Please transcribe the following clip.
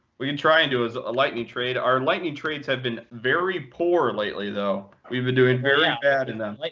we can try and do a lightning trade. our lightning trades have been very poor lately, though. we've been doing very bad in them. like